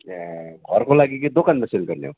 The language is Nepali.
ए घरको लागि कि दोकानमा सेल गर्ने हो